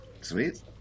Sweet